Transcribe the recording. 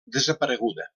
desapareguda